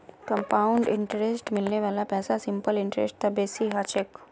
compound इंटरेस्टत मिलने वाला पैसा सिंपल इंटरेस्ट स बेसी ह छेक